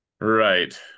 right